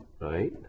right